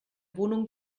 wohnung